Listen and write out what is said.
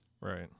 Right